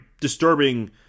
disturbing